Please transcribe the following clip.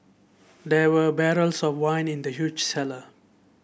there were barrels of wine in the huge cellar